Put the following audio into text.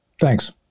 Thanks